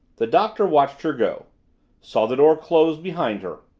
the doctor watched her go saw the door close behind her.